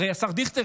הרי השר דיכטר,